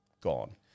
gone